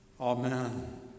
Amen